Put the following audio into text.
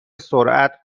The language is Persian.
سرعت